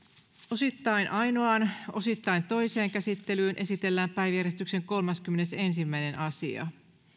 osittain ainoaan osittain toiseen käsittelyyn esitellään päiväjärjestyksen kolmaskymmenesensimmäinen asia